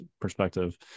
perspective